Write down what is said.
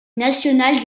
national